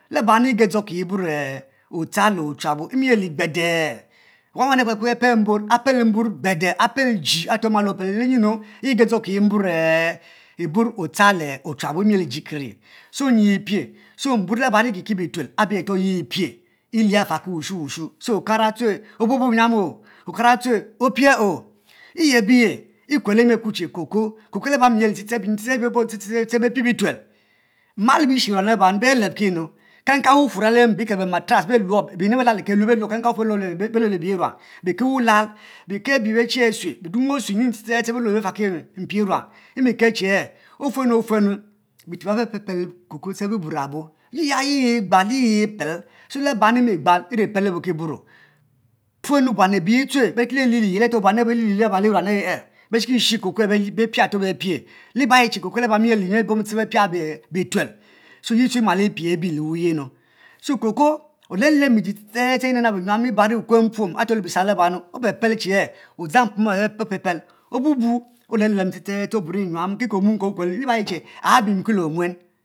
Laba nn ego dzo ki ye ibor ochua bo emiyeli gbede wanu wan akpaki apel mbor apel mbor gbede apie are ama lenyina mborr otar le ochuabo mi le eh soi so nyi pie emiyeh li betwen are ye pie pia faki wushu wushu so okara tue obuo nyuam pie o eyeh ye ekue ayi be kuo che cocoa ami binyin ste ste bom be pie bituel ma le bishi auan be leb ki nu, kan kan beffuor eker bematra beho le be ya kan kan beffour be jo le be ruan beke wulal bike abi bechi asue bidang che e ofuenu fuenu bite biabo bepel be bura bo, yayi pel yigbal laba emigbal eripel ofuenn buan abeyi tue bare ki lie are buan iruan bere li liee laba beshe lai she cocoa bepie areto bepie otuen buan abeyi lue beriki liue la ba le auan aye ye tu epie are be pie li ba ayi lue so nue chi mmal mpiebe so ye tue immoe pie bie lewuye nu lem lem bi ste ste enab nab nyuam ibaro ikuo mpuom obu bu olem lem ste ste ste oburro nyiam ki ki omuen ko kulo li ba ayi che abimka le omuen